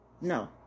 no